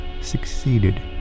succeeded